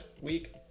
week